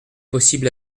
possible